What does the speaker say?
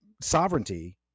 sovereignty